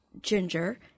ginger